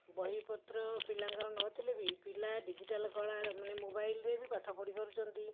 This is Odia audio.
ବହିପତ୍ର ପିଲାଙ୍କର ନ ଥିଲେ ବି ପିଲା ଡିଜିଟାଲ କଳାମାନେ ମୋବାଇଲରେ ବି ପାଠପଢ଼ି ପାରୁଛନ୍ତି